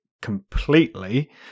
completely